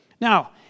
Now